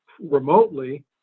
remotely